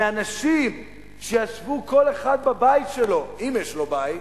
מאנשים שישבו כל אחד בבית שלו, אם יש לו בית,